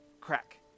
Crack